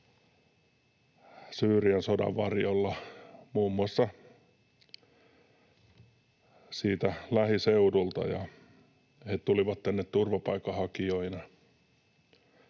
Syyrian sodan varjolla muun muassa sieltä lähiseudulta, ja he tulivat tänne turvapaikanhakijoina.